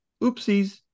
Oopsies